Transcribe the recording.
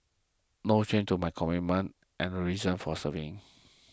no change to my commitment and reason for serving